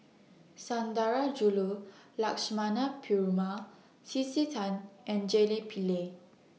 Sundarajulu Lakshmana Perumal C C Tan and Jelly Pillay